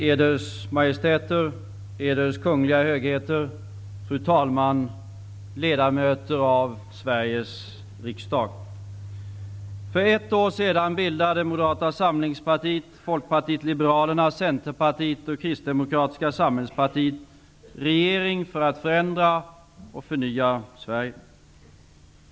Eders majestäter, Eders Kungliga högheter, fru talman, ledamöter av Sveriges riksdag! För ett år sedan bildade Moderata samlingspartiet, Kristdemokratiska samhällspartiet regering för att förändra och förnya Sverige.